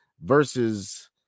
versus